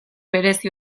berezi